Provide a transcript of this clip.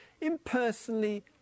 Impersonally